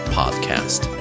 podcast